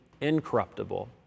incorruptible